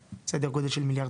סדר גודל של 1.2 מיליארד,